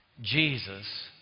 Jesus